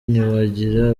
ntiwagira